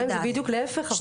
זה בדיוק להיפך אבל.